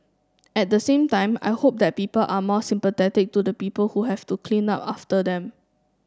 at the same time I hope that people are more sympathetic to the people who have to clean up after them